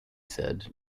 said